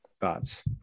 Thoughts